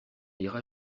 ira